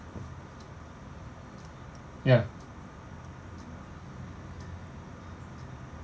ya